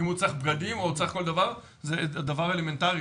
אם הוא צריך בגדים או צריך כל דבר - זה דבר אלמנטרי.